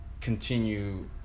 continue